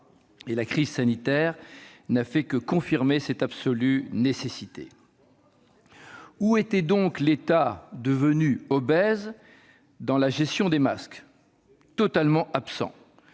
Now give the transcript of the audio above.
La crise sanitaire n'a fait que confirmer cette absolue nécessité. Où donc était l'État, devenu obèse, dans la gestion des masques ? Totalement absent